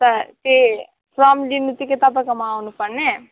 कता ए फर्म लिनु चाहिँ के तपाईँकोमा आउनु पर्ने